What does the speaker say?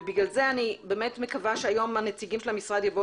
ובגלל זה אני באמת מקווה שהיום הנציגים של המשרד יבוא